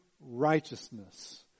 righteousness